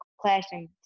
clashing